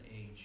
age